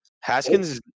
Haskins